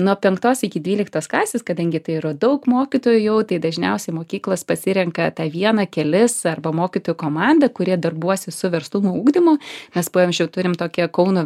nuo penktos iki dvyliktos klasės kadangi tai yra daug mokytojų tai dažniausiai mokyklos pasirenka tą vieną kelis arba mokytojų komandą kurie darbuosis su verslumo ugdymu mes pavyzdžiui turim tokią kauno